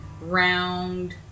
round